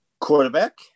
quarterback